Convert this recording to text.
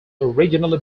originally